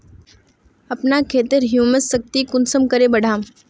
अपना खेतेर ह्यूमस शक्ति कुंसम करे बढ़ाम?